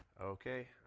okay.